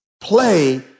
play